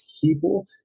people